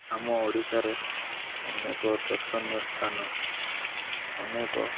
ଆମ ଓଡ଼ିଶାରେ ଅନେକ ଦର୍ଶନୀୟ ସ୍ଥାନ ଅନେକ